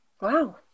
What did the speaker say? Wow